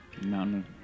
mountain